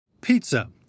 Pizza